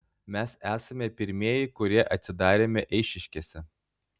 mes esame pirmieji kurie atsidarėme eišiškėse